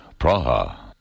Praha